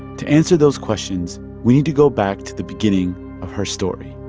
to answer those questions, we need to go back to the beginning of her story